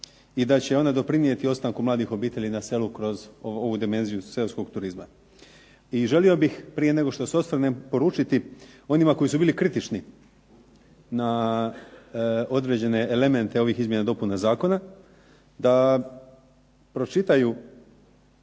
i da će ona doprinijeti ostanku mladih obitelji na selu kroz ovu dimenziju seoskog turizma. I želio bih, prije nego što se osvrnem, poručiti onima koji su bili kritični na određene elemente ovih izmjena i dopuna zakona, da pročitaju